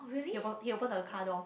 he will op~ he will open the car door